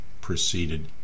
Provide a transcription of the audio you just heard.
proceeded